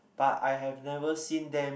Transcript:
but I have never seen them